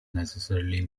necessarily